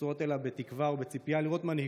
נשואות אליו בתקווה ובציפייה לראות מנהיגות,